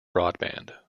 broadband